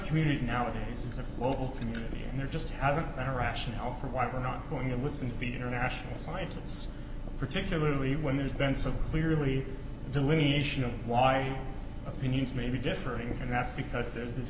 community nowadays is a global community and there just hasn't been a rationale for why we're not going to listen to the international scientists particularly when there's been so clearly delineation of why opinions may be differing and that's because there's this